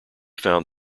found